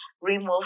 remove